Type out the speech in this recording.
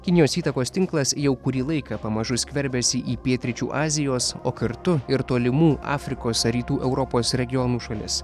kinijos įtakos tinklas jau kurį laiką pamažu skverbiasi į pietryčių azijos o kartu ir tolimų afrikos rytų europos regionų šalis